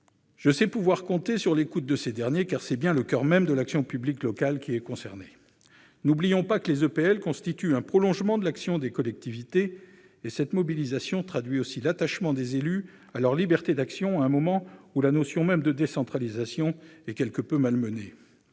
Je sais pouvoir compter sur l'écoute de ces derniers, car c'est bien le coeur même de l'action publique locale qui est concerné. N'oublions pas que les EPL constituent un prolongement de l'action des collectivités, et cette mobilisation traduit aussi l'attachement des élus à leur liberté d'action à un moment où la notion même de décentralisation est quelque peu malmenée.